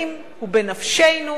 הוא בנפשנו,